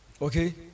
Okay